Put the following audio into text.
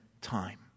time